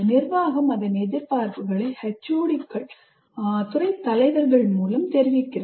நிர்வாகம் அதன் எதிர்பார்ப்புகளை HOD கள் மூலம் தெரிவிக்கிறது